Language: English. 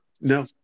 No